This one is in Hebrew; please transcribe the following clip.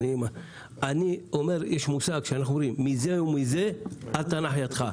אני אומר, יש מושג שאומר 'מזה ומזה אל תנח ידך'.